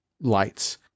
lights